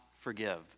forgive